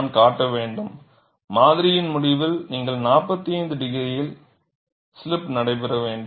நான் காட்ட வேண்டும் மாதிரியின் முடிவில் நீங்கள் 45 டிகிரியில் ஸ்லிப் நடைபெற வேண்டும்